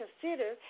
consider